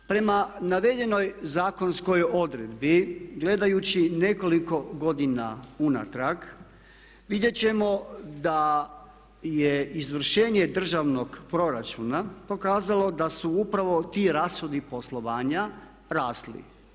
Prema navedenoj zakonskoj odredbi gledajući nekoliko godina unatrag vidjet ćemo da je izvršenje Državnog proračuna pokazalo da su upravo ti rashodi poslovanja rasli.